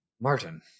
Martin